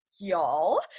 y'all